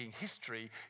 history